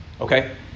Okay